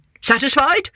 Satisfied